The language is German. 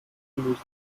gelöst